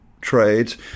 trades